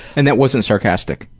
and that wasn't sarcastic?